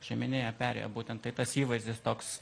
požeminėje perėjoje būtent tai tas įvaizdis toks